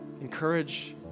Encourage